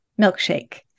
milkshake